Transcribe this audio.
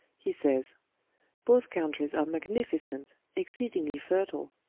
he says both countries are magnificent, exceedingly fertile,